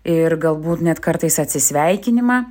ir galbūt net kartais atsisveikinimą